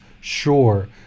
Sure